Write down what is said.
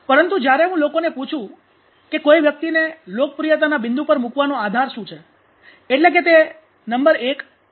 પરંતુ જ્યારે હું લોકોને પૂછું કે કોઈ વ્યક્તિને લોકપ્રિયતાના બિંદુ પર મૂકવાનો આધાર શું છે એટલે કે તે નંબર 1 અથવા નંબર 2 છે